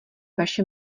vaše